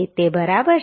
તે બરાબર છે